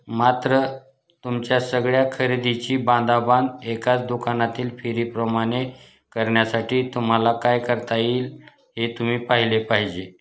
मात्र तुमच्या सगळ्या खरेदीची बांधाबांध एकाच दुकानातील फेरीप्रमाणे करण्यासाठी तुम्हाला काय करता येईल हे तुम्ही पाहिले पाहिजे